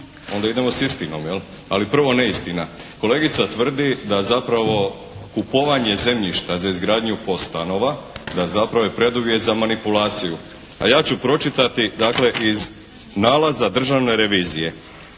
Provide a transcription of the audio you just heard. Onda idemo s istinom, jel'. Ali prvo neistina. Kolegica tvrdi da zapravo kupovanje zemljišta za izgradnju POS stanova, da zapravo je preduvjet za manipulaciju. A ja ću pročitati dakle iz nalaza državne revizije